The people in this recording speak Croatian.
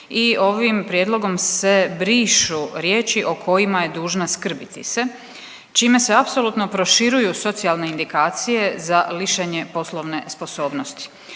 i ovim prijedlogom se brišu riječi: „o kojima je dužna skrbiti se“ čime se apsolutno proširuju socijalne indikacije za lišenje poslovne sposobnosti.